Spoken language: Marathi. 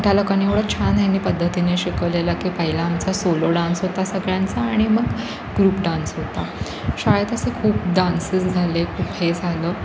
त्या लोकांनी एवढं छान ह्यांनी पद्धतीने शिकवलेलं की पहिला आमचा सोलो डान्स होता सगळ्यांचा आणि मग ग्रुप डान्स होता शाळेत असे खूप डान्सेस झाले खूप हे झालं